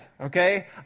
okay